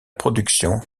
production